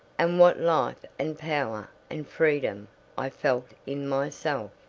and what life and power and freedom i felt in myself.